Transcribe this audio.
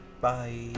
Bye